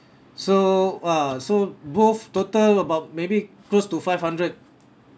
so ah so both total about maybe close to five hundred